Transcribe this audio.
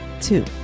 Two